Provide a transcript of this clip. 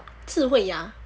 智慧牙